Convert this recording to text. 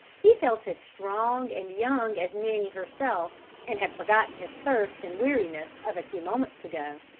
he felt as strong and young as nanny herself, and had forgotten his thirst and weariness of a few moments ago.